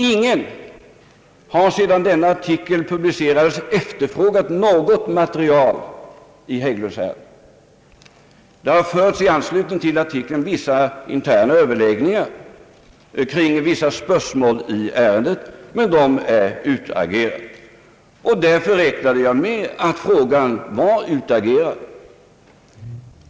Ingen har, sedan artikeln publicerades, efterfrågat något material i Hägglundaffären. I anslutning till artikeln har det förts överläggningar kring vissa spörsmål i ärendet, men de är utagerade. Därför räknade jag med att frågan nu var slutdiskuterad.